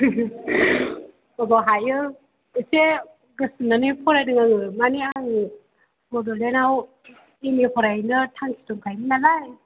बबेयाव हायो एसे गोसो होनानै फरायदों आङो माने आं बड'लेण्डआव एम ए फरायहैनो थांखि दंखायोमोन नालाय